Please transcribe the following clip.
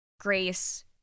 grace